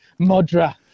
Modra